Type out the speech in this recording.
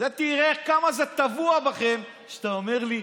תראה כמה זה טבוע בכם, שאתה אומר לי: